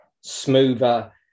smoother